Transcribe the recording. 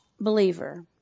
believer